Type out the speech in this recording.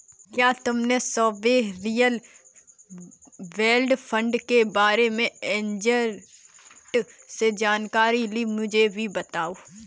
क्या तुमने sovereign wealth fund के बारे में एजेंट से जानकारी ली, मुझे भी बताओ